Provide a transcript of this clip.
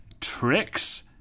tricks